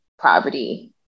poverty